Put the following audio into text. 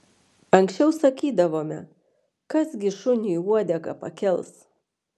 anksčiau sakydavome kas gi šuniui uodegą pakels